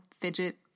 fidget